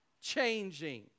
changing